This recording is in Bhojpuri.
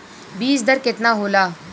बीज दर केतना होला?